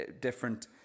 different